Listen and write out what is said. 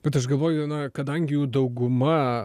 bet aš galvoju na kadangi jų dauguma